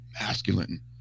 masculine